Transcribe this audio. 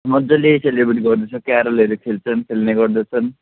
मजाले सेलिब्रेट गर्दछ क्यारलहरू खेल्छन् खेल्ने गर्दछन्